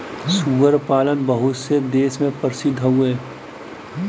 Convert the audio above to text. सूअर पालन बहुत से देस मे बहुते प्रसिद्ध हौ